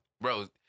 Bro